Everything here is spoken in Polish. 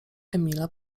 emila